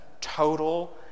total